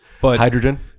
Hydrogen